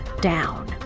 down